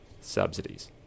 subsidies